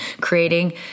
creating